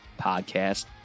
Podcast